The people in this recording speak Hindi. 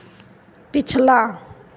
पिछला